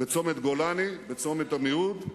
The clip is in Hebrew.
בצומת גולני, בצומת עמיהוד,